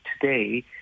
today